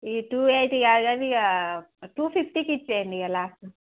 ఈ two eighty కాదు కానీ ఇక టూ ఫిఫ్టీకి ఇవ్వండి ఇగ లాస్ట్